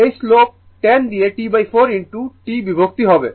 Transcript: এই স্লোপ 10 দিয়ে T4 t বিভক্ত হবে